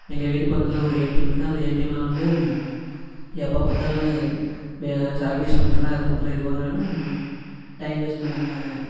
எங்கள் வீட்டு பக்கத்தில் ஒரு ஏடிஎம் இருக்கு அந்த ஏடிஎம்ல வந்து எப்போ பார்த்தாலும் சர்வீஸ் பண்ணுறன் அது பண்ணுறன் இது பண்ணுறன்னு டைம் வேஸ்ட் பண்ணிடுறாங்க